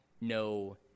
no